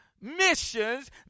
missions